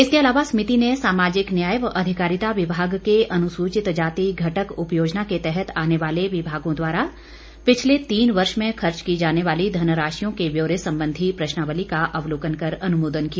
इसके अलावा समिति ने सामाजिक न्याय व अधिकारिता विभाग के अनुसूचित जाति घटक उपयोजना के तहत आने वाले विभागों द्वारा पिछले तीन वर्ष में खर्च की जाने वाली धन राशियों के ब्योरे संबंधी प्रश्नावली का अवलोकन कर अनुमोदन किया